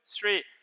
three